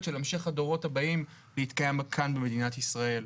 של המשך הדורות הבאים להתקיים כאן במדינת ישראל.